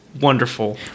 wonderful